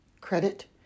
credit